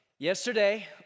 Yesterday